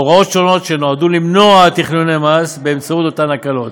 הוראות שונות שנועדו למנוע תכנוני מס באמצעות אותן הקלות,